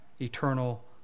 eternal